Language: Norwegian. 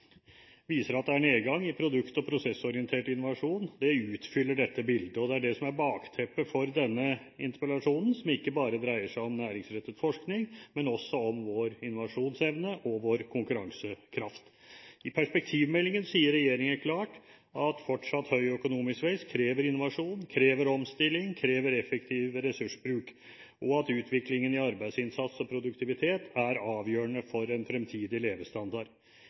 viser at det er nedgang i produkt- og prosessorientert innovasjon. Det utfyller dette bildet, og det er det som er bakteppet for denne interpellasjonen, som ikke bare dreier seg om næringsrettet forskning, men også om vår innovasjonsevne og vår konkurransekraft. I perspektivmeldingen sier regjeringen klart at fortsatt høy økonomisk vekst krever evne til innovasjon, omstilling og effektiv ressursbruk, og at utviklingen i arbeidsinnsats og produktivitet er avgjørende for fremtidig levestandard.